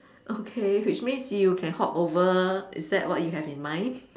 okay which means you can hop over is that what you have in mind